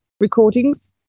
Recordings